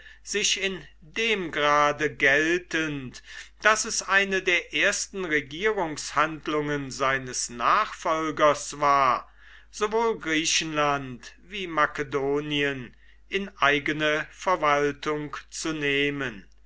sich in dem grade geltend daß es eine der ersten regierungshandlungen seines nachfolgers war sowohl griechenland wie makedonien in eigene verwaltung zu nehmen